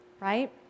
right